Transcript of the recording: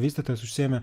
vystytojas užsiėmė